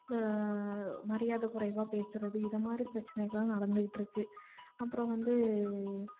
மரியாதை குறைவாக பேசுகிறது இதை மாதிரி பிரச்சனைகள்லாம் நடந்துக்கிட்டுருக்கு அப்புறம் வந்து